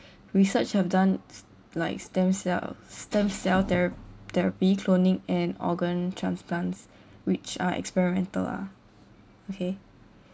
research have done s~ like stem cell stem cell thera~ therapy cloning and organ transplants which are experimental ah okay